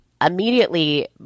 immediately